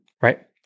right